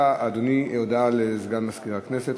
הודעה לסגן מזכירת הכנסת.